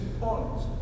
points